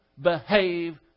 behave